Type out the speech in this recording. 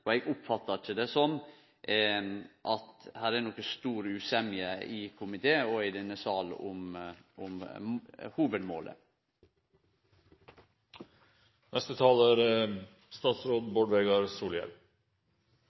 Eg oppfattar det ikkje slik at det er noko stor usemje i komiteen og i denne salen om hovudmålet. Eg er for det